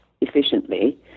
efficiently